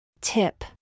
Tip